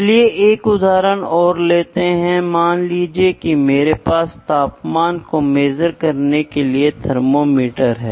इसलिए यहां हम जो करते हैं वह यह है कि हम प्रेशर को बदलने के लिए काम करते हैं